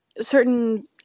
certain